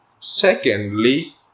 Secondly